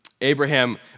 Abraham